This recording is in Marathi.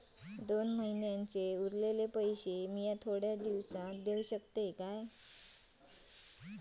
दोन महिन्यांचे उरलेले पैशे मी थोड्या दिवसा देव शकतय?